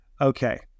okay